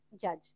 judge